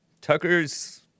Tucker's